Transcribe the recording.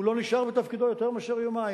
הוא לא נשאר בתפקידו יותר מיומיים,